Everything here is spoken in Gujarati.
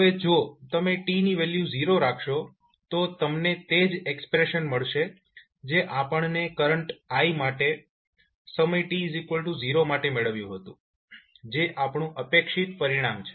હવે જો તમે t ની વેલ્યુ 0 રાખશો તો તમને તે જ એક્સપ્રેશન મળશે જે આપણને કરંટ i માટે સમય t0 માટે મેળવ્યું હતું જે આપણું અપેક્ષિત પરિણામ છે